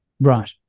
Right